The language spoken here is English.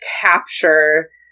capture